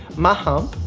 my hump,